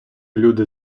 люди